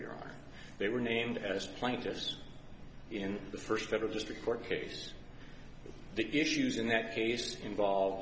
here or they were named as plaintiffs in the first federal district court case the issues in that case involved